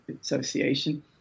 association